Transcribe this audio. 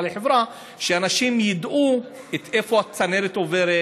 לחברה שאנשים ידעו איפה הצנרת עוברת,